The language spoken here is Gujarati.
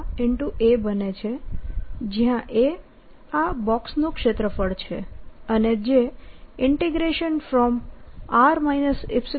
a બને છે જયાં a આ બોક્સનું ક્ષેત્રફળ છે અને જે R ϵRϵ